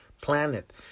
planet